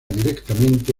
directamente